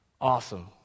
Awesome